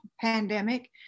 pandemic